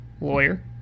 lawyer